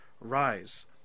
Rise